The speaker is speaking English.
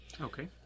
Okay